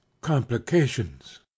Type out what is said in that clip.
complications